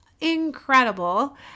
incredible